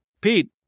Pete